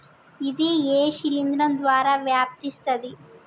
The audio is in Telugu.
ఇది ఏ శిలింద్రం ద్వారా వ్యాపిస్తది?